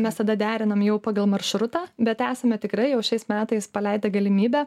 mes tada derinam jau pagal maršrutą bet esame tikrai jau šiais metais paleidę galimybę